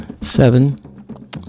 seven